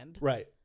Right